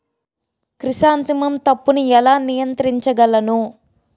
Chrysanthemum తప్పును ఎలా నియంత్రించగలను?